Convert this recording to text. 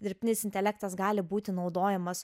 dirbtinis intelektas gali būti naudojamas